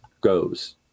goes